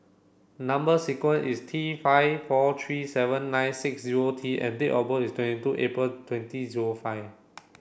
number sequence is T five four three seven nine six zero T and date of birth is twenty two April twenty zero five